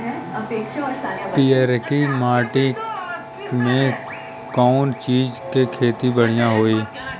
पियरकी माटी मे कउना चीज़ के खेती बढ़ियां होई?